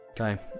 okay